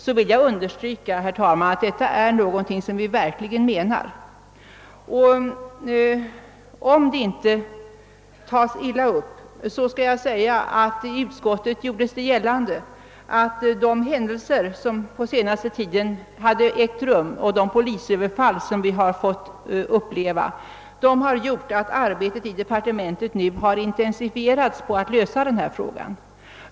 Om det inte tas illa upp vill jag hänvisa till att det i utskottet gjordes gällande, att de händelser som på senaste tiden ägt rum och de polisöverfall som förekommit lett till att arbetet i justitiedepartementet på att lösa denna fråga nu har intensifierats.